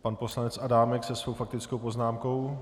Pan poslanec Adámek se svou faktickou poznámkou.